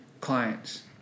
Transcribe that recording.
clients